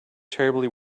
terribly